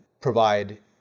provide